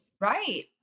Right